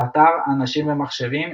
באתר "אנשים ומחשבים",